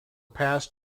passed